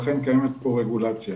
לכן קיימת פה רגולציה